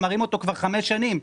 הם מראים אותו כבר חמש שנים,